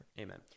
Amen